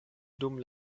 dum